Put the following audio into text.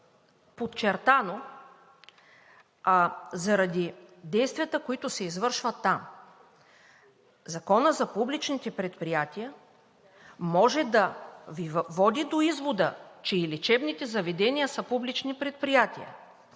подчертано? Заради действията, които се извършват там. Законът за публичните предприятия може да Ви води до извода, че и лечебните заведения са публични предприятия,